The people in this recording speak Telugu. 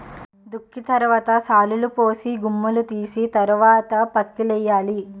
దుక్కి తరవాత శాలులుపోసి గుమ్ములూ తీసి తరవాత పిక్కలేయ్యాలి